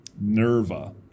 Nerva